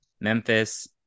Memphis